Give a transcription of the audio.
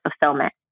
fulfillment